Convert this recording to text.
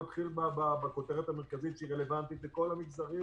נתחיל בכותרת המרכזית שרלוונטית לכל המגזרים